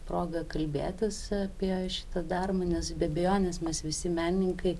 proga kalbėtis apie šitą darbą nes be abejonės mes visi menininkai